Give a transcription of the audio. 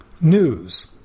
News